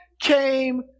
came